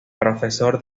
profesor